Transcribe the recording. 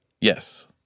Yes